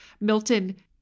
Milton